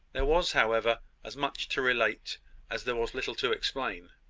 there was, however, as much to relate as there was little to explain.